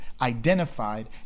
identified